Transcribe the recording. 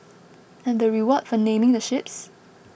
and the reward for naming the ships